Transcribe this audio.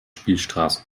spielstraße